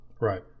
right